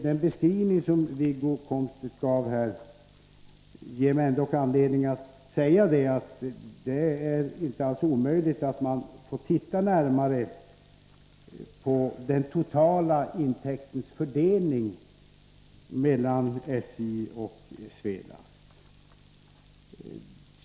Den beskrivning som Wiggo Komstedt gav ger mig ändå anledning att säga att det inte alls är omöjligt att man får titta litet närmare på den totala intäktsfördelningen mellan SJ och Svelast.